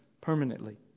permanently